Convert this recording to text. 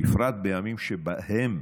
בפרט בימים שבהם